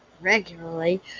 regularly